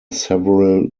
several